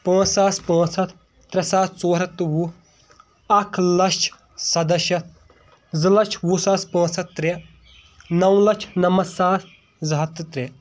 پانٛژھ ساس پانٛژھ ہتھ ترٛےٚ ساس ژور ہتھ تہٕ وُہ اکھ لچھ سدہ شیٚتھ زٕ لچھ وُہ ساس پانٛژھ ہتھ ترٛےٚ نو لچھ نمتھ ساس زٕ ہتھ تہٕ ترٛےٚ